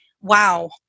wow